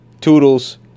Toodles